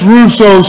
Russo